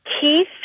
Keith